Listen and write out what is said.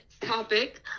topic